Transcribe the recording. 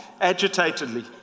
agitatedly